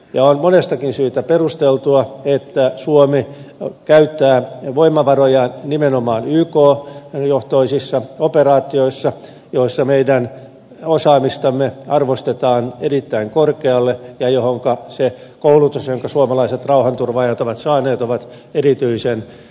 on monestakin syystä perusteltua että suomi käyttää voimavarojaan nimenomaan yk johtoisissa operaatioissa joissa meidän osaamistamme arvostetaan erittäin korkealle ja joihinka se koulutus jonka suomalaiset rauhanturvaajat ovat saaneet on erityisen sopiva